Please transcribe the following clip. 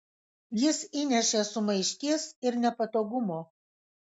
jis įnešė sumaišties ir nepatogumo